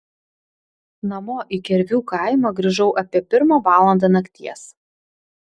namo į kervių kaimą grįžau apie pirmą valandą nakties